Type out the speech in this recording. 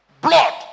Blood